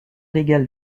légal